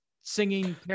singing